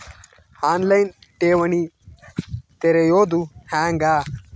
On line ಠೇವಣಿ ತೆರೆಯೋದು ಹೆಂಗ?